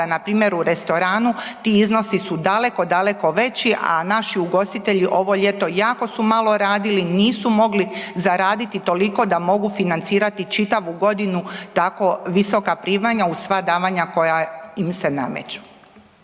npr. u restoranu ti iznosi su daleko, daleko veći, a naši ugostitelji ovo ljeto jako su malo radili, nisu mogli zaraditi toliko da mogu financirati čitavu godinu tako visoka primanja uz sva davanja koja im se nameću.